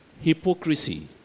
hypocrisy